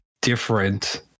different